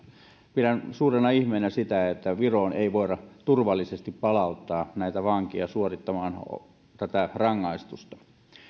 pidän suurena ihmeenä sitä että viroon ei voida turvallisesti palauttaa näitä vankeja suorittamaan rangaistustaan